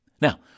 Now